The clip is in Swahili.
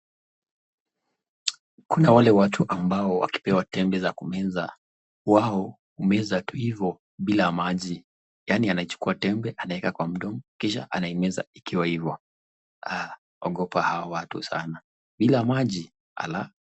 Kuna wale watu ambao wakipewa tembe za kumeza wao humeza tu hivo bila maji, yaani anachukua tembe anaeka kwa mdomo kisha anaimeza ikiwa ivo, ogopa hawa watu sana, bila maji ala!